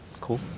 cool